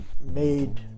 made